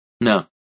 No